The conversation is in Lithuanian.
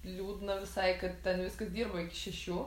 liūdna visai kaip ten viskas dirbo iki šešių